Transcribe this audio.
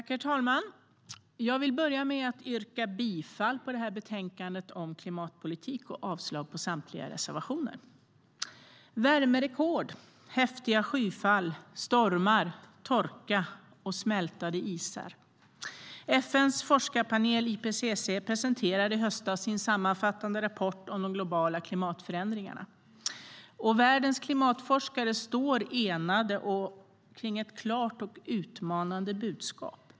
Herr talman! Jag vill börja med att yrka bifall till utskottets förslag i betänkandet om klimatpolitik och avslag på samtliga reservationer. Värmerekord, häftiga skyfall, stormar, torka och smältande isar. FN:s forskarpanel IPCC presenterade i höstas sin sammanfattande rapport om de globala klimatförändringarna. Världens klimatforskare står enade kring ett klart och utmanande budskap.